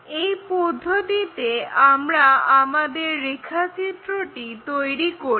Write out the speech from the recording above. এই পদ্ধতিতে আমরা আমাদের রেখাচিত্রটি তৈরি করি